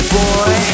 boy